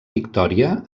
victòria